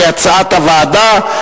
כהצעת הוועדה,